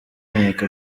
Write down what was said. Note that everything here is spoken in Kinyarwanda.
nkeka